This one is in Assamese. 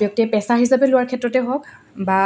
ব্যক্তিয়ে পেচা হিচাপে লোৱাৰ ক্ষেত্ৰতে হওক বা